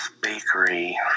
Bakery